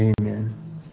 amen